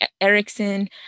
Erickson